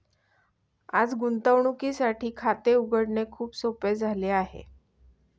आज गुंतवणुकीसाठी खाते उघडणे खूप सोपे झाले आहे